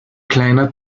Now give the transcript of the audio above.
kleiner